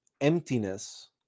emptiness